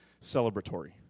celebratory